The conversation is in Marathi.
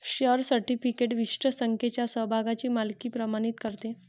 शेअर सर्टिफिकेट विशिष्ट संख्येच्या समभागांची मालकी प्रमाणित करते